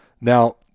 Now